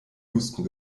houston